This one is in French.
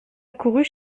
accourut